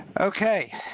okay